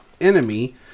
enemy